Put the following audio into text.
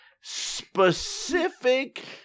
specific